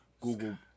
Google